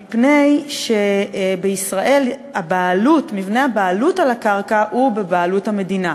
מפני שבישראל הקרקע היא בבעלות המדינה,